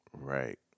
Right